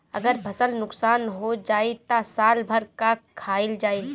अगर फसल नुकसान हो जाई त साल भर का खाईल जाई